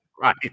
right